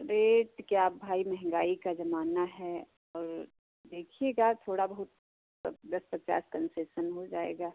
rate क्या भाई महँगाई का ज़माना है और देखिएगा थोड़ा बहुत दस पचास कंसेसन हो जाएगा